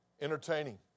Entertaining